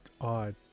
odd